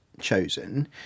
chosen